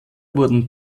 wurden